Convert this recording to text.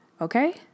Okay